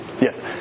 yes